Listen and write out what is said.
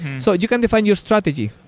so you can define your strategy,